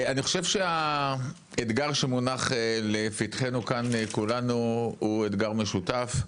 אני חושב שהאתגר שמונח לפתח כולנו הוא אתגר משותף.